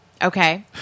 Okay